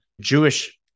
Jewish